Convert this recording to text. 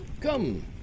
Come